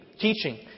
teaching